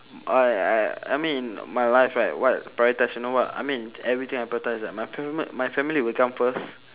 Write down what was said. I I I mean my life right what prioritise you know what I mean everything I prioritise right my family my family will come first